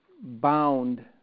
bound